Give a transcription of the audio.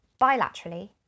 bilaterally